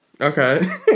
okay